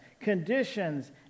conditions